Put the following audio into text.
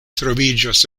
troviĝas